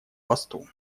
посту